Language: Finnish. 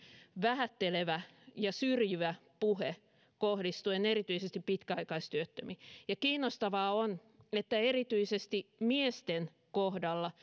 vähättelevä ja syrjivä puhe kohdistuen erityisesti pitkäaikaistyöttömiin kiinnostavaa on että erityisesti miesten kohdalla